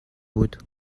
بود